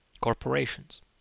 Corporations